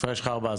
יש לך ארבעה,